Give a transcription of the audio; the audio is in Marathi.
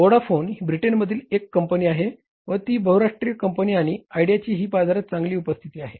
व्होडाफोन ही ब्रिटनमधील एक कंपनी आहे व ती बहुराष्ट्रीय कंपनी आणि आयडियाचीही बाजारात चांगली उपस्थिती आहे